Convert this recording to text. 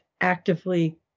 actively